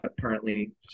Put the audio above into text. currently